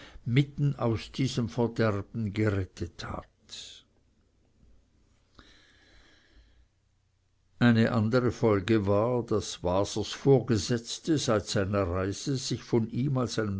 mitten aus diesem verderben gerettet hat eine andere folge war daß wasers vorgesetzte seit seiner reise sich von ihm als einem